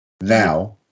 Now